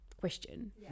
question